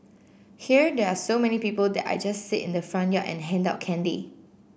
here there are so many people that I just sit in the front yard and hand out candy